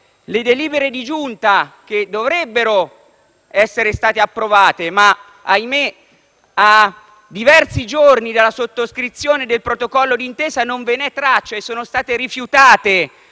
delibere di giunta, che dovrebbero essere state approvate, a diversi giorni dalla sottoscrizione del protocollo d'intesa, ahimè, non vi è traccia e sono state rifiutate